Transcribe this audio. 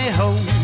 home